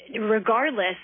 regardless